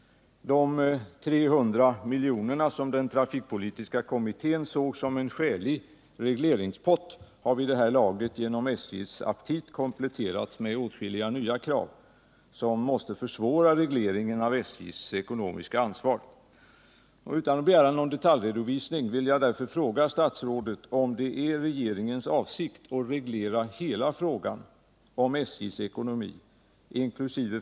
De 300 miljonerna som den trafikpolitiska kommittén såg som en skälig regleringspott har i det här läget genom SJ:s aptit kompletterats med åtskilliga nya krav som måste försvåra regleringen av SJ:s ekonomiska ansvar. Utan att begära någon detaljredovisning vill jag därför fråga statsrådet om det är regeringens avsikt att reglera hela frågan om SJ:s ekonomi, inkl.